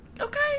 okay